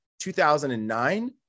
2009